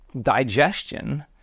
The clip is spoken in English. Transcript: digestion